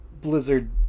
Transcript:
blizzard